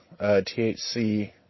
THC